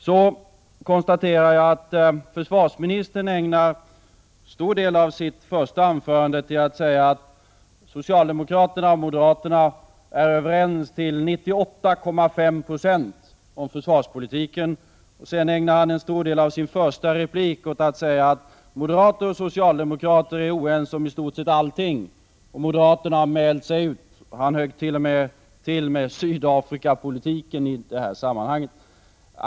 Jag konstaterar också att försvarsministern ägnade stor del av sitt första anförande åt att säga att socialdemokraterna och moderaterna är överens till 98,5 20 om försvarspolitiken. Sedan ägnade han en stor del av sin första replik åt att säga att moderater och socialdemokrater är oense om i stort sett allting. Moderaterna har mält sig ut. Han högg t.o.m. till med Sydafrikapolitiken i sammanhanget.